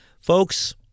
Folks